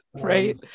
right